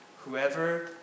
Whoever